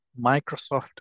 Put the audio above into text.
Microsoft